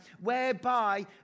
Whereby